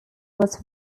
was